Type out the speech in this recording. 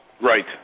right